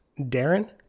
Darren